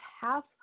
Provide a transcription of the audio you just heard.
half